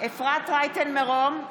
אפרת רייטן מרום,